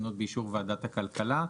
תקנות באישור ועדת הכלכלה.